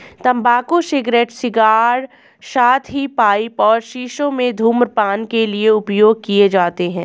तंबाकू cigarette, cigar, साथ ही पाइप और शीशों में धूम्रपान के लिए उपयोग किए जाते हैं